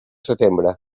setembre